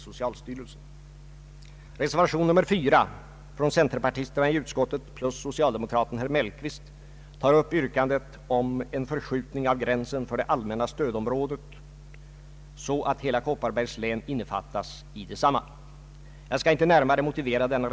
Socialstyrelsens stöd när det gäller barnvårdarinneverksamheten bör enligt min uppfattning utvecklas. Jag vill understryka detta, ty man bör ute i kommunerna arbeta med att söka nå en snabbare utbyggnadstakt.